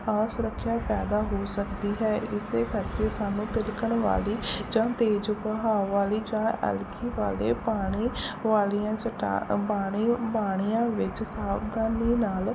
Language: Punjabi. ਅਸੁਰੱਖਿਆ ਪੈਦਾ ਹੋ ਸਕਦੀ ਹੈ ਇਸੇ ਕਰਕੇ ਸਾਨੂੰ ਤਿਲਕਣ ਵਾਲੀ ਜਾਂ ਤੇਜ਼ ਵਹਾਓ ਵਾਲੀ ਜਾਂ ਐਲਗੀ ਵਾਲੇ ਪਾਣੀ ਵਾਲੀਆਂ ਚਟਾ ਪਾਣੀ ਪਾਣੀਆਂ ਵਿੱਚ ਸਾਵਧਾਨੀ ਨਾਲ